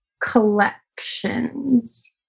collections